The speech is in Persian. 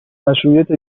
مشروعیت